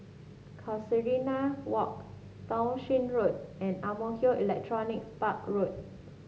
Casuarina Walk Townshend Road and Ang Mo Kio Electronics Park Road